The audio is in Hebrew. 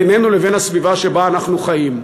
בינינו לבין הסביבה שבה אנחנו חיים,